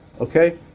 okay